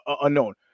unknown